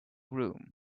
room